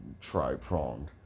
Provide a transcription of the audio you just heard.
tri-pronged